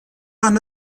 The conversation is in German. wann